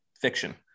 fiction